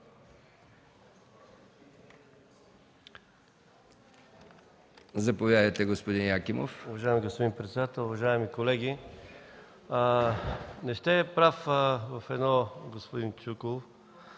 Заповядайте, господин Стоилов.